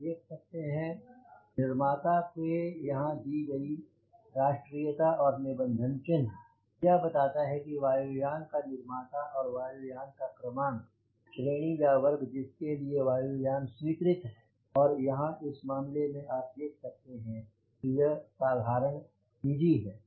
आप देख सकते हैं निर्माता के यहाँ दी गयी राष्ट्रीयता और निबंधन चिह्न यह बताता है वायु यान का निर्माता और वायु यान का क्रमांक श्रेणी या वर्ग जिस के लिए वायु यान स्वीकृत है और यहाँ इस मामले में आप देख सकते हैं की यह साधारण निजी है